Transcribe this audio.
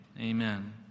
Amen